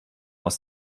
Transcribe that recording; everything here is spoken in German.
aus